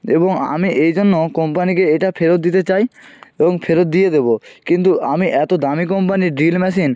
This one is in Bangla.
এবং আমি এই জন্য কোম্পানিকে এটা ফেরত দিতে চাই এবং ফেরত দিয়ে দেব কিন্তু আমি এত দামি কোম্পানির ড্রিল মেশিন